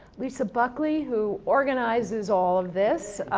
lisa buckley who organizes all of this.